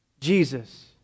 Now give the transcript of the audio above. Jesus